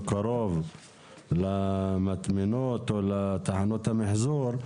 קרוב למטמנות או לתחנות המחזור,